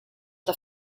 the